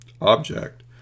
object